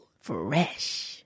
Fresh